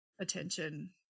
attention